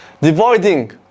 dividing